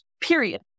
period